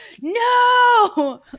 no